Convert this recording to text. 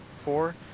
four